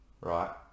Right